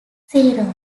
zero